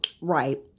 Right